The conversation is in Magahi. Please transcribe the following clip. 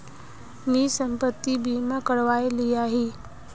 मी संपत्ति बीमा करवाए लियाही